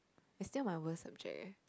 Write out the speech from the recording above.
is still my worst subject eh